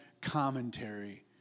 commentary